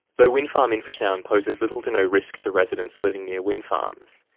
though wind farm infrasound poses little-to-no risk to residents living near wind farms,